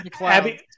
Abby